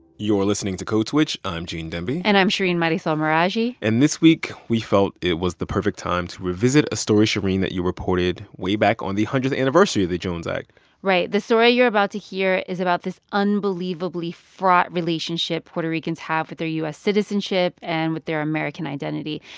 listening to code switch. i'm gene demby and i'm shereen marisol meraji and this week, we felt it was the perfect time to revisit a story, shereen, that you reported way back on the hundredth anniversary of the jones act right. the story you're about to hear is about this unbelievably fraught relationship puerto ricans have with their u s. citizenship and with their american identity.